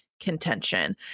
contention